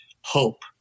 hope